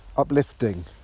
Uplifting